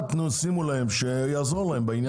שימו להם שיעזור להם בעניין הזה.